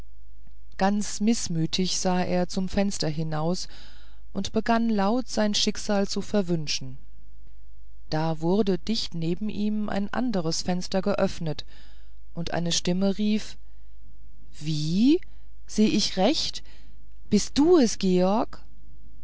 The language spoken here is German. ganz mißmütig sah er zum fenster heraus und begann laut sein schicksal zu verwünschen da wurde dicht neben ihm ein anderes fenster geöffnet und eine stimme rief wie sehe ich recht bist du es george